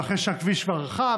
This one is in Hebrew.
ואחרי שהכביש כבר רחב,